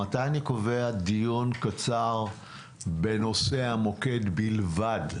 מתי אני קובע דיון קצר בנושא המוקד בלבד?